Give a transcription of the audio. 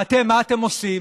ואתם, מה אתם עושים?